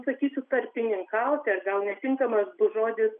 sakysiu tarpininkauti ar gal netinkamas žodis